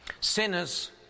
sinners